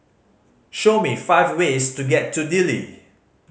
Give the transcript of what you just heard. show me five ways to get to Dili